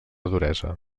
duresa